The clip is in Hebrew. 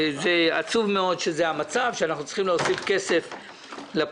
עצוב מאוד המצב שבו אנחנו צריכים להוסיף כסף לבחירות.